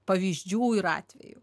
pavyzdžių ir atvejų